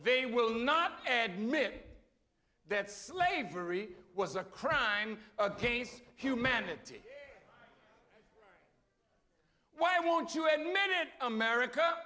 they will not admitting that slavery was a crime against humanity why won't you a man in america